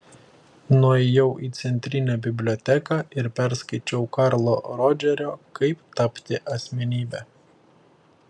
nuėjau į centrinę biblioteką ir perskaičiau karlo rodžerio kaip tapti asmenybe